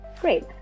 great